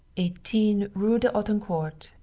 eighteen rue d'autancourt.